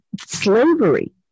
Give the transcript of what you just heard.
slavery